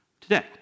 today